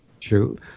True